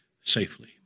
safely